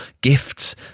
gifts